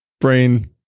Brain